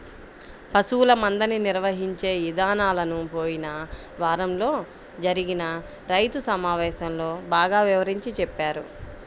పశువుల మందని నిర్వహించే ఇదానాలను పోయిన వారంలో జరిగిన రైతు సమావేశంలో బాగా వివరించి చెప్పారు